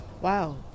Wow